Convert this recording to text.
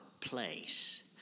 place